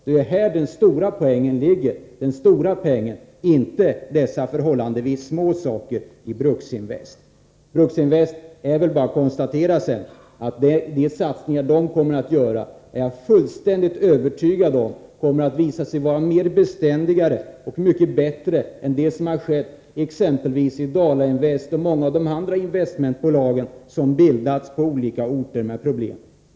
Det är här de stora pengarna ligger — inte i dessa förhållandevis små belopp som avser Bruksinvest. Jag är fullständigt övertygad om att de satsningar som Bruksinvest kommer att göra kommer att visa sig vara mer beständiga och mycket bättre än de som har skett exempelvis i Dala-Invest och många av de andra investmentbolagen, som bildades på olika orter med problem.